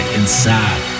inside